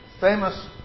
famous